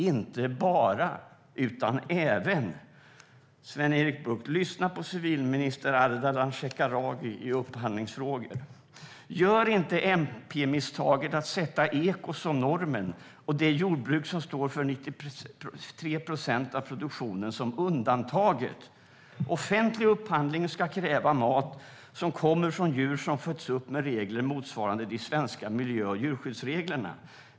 Inte bara, utan även, står det alltså. Lyssna, Sven-Erik Bucht, på civilminister Ardalan Shekarabi i upphandlingsfrågorna! Gör inte MP-misstaget att sätta eko som normen och det jordbruk som står för 93 procent av produktionen som undantaget. Offentlig upphandling ska kräva mat som kommer från djur som fötts upp på platser med regler motsvarande de svenska miljö och djurskyddsreglerna.